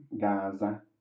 Gaza